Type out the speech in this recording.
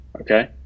Okay